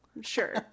sure